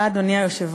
תודה, אדוני היושב-ראש.